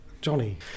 Johnny